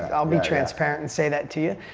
i'll be transparent and say that to you.